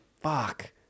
fuck